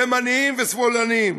ימנים ושמאלנים,